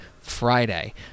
Friday